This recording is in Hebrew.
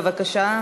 בבקשה.